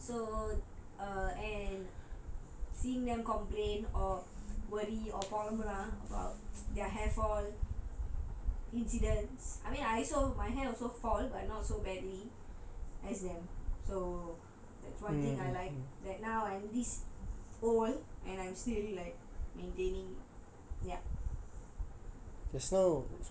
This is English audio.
so err and seeing them complain or worry or err about their hair fall incidents I mean I also my hair also fall but not so badly as them so that's one thing I like like now I'm this old and I'm still like maintaining yup